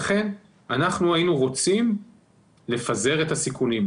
לכן אנחנו היינו רוצים לפזר את הסיכונים.